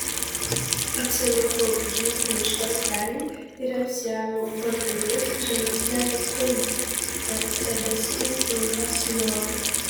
apsivilkau džinsinį švarkelį ir apsiaviau batelius žemesne pakulne bet tebesegiu trumpą sijoną